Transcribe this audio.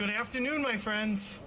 good afternoon my friends